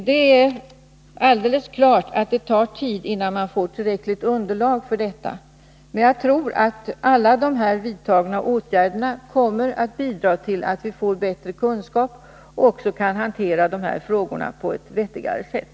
Det är alldeles klart att det tar tid innan man får tillräckligt underlag för detta, men jag tror att alla de vidtagna åtgärderna kommer att bidra till att vi får bättre kunskap och också kan hantera de här frågorna på ett vettigare sätt.